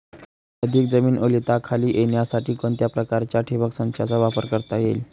अधिक जमीन ओलिताखाली येण्यासाठी कोणत्या प्रकारच्या ठिबक संचाचा वापर करता येईल?